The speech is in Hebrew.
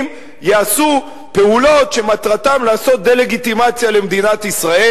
יעשו פעולות שמטרתן לעשות דה-לגיטימציה למדינת ישראל,